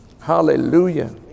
Hallelujah